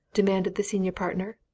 demanded the senior partner.